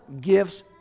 gifts